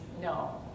no